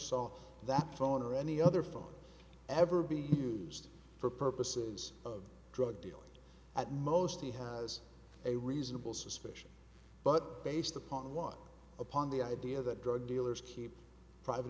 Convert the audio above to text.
saw that phone or any other phone ever be used for purposes of drug dealing at most he has a reasonable suspicion but based upon what upon the idea that drug dealers keep private